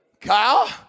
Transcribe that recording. Kyle